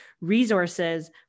resources